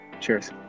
Cheers